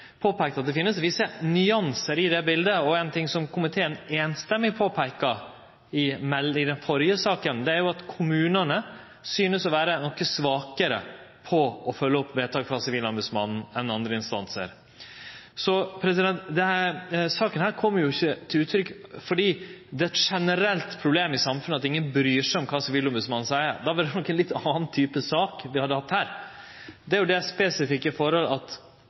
påpeikt at det finst visse nyansar i det bildet. Ein ting som komiteen samrøystes påpeikte i den førre saka, var at kommunane synest å vere noko svakare i å følgje opp vedtak frå Sivilombodsmannen enn andre instansar. Denne saka kom ikkje til uttrykk fordi det er eit generelt problem i samfunnet at ingen bryr seg om kva Sivilombodsmannen seier – då ville det nok ha vore ei litt anna type sak vi hadde hatt her. Det er det spesifikke forholdet at